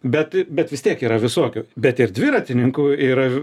bet bet vis tiek yra visokių bet ir dviratininkų yra